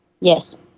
Yes